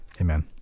Amen